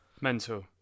Mental